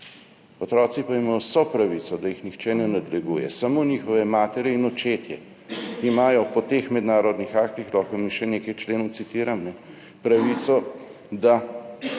Otroci pa imajo vso pravico, da jih nihče ne nadleguje. Samo njihove matere in očetje imajo po teh mednarodnih aktih, lahko vam še nekaj členov citiram, pravico, da